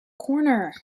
corner